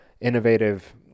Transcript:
innovative